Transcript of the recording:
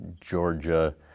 Georgia